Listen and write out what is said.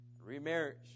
remarriage